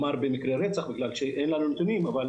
במספרים בנוגע למקרי הרצח כי אין לנו נתונים, אבל